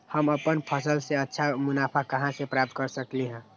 हम अपन फसल से अच्छा मुनाफा कहाँ से प्राप्त कर सकलियै ह?